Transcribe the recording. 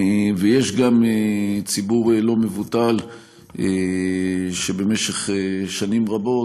ויש גם ציבור לא מבוטל שבמשך שנים רבות,